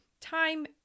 time